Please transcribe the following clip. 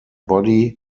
body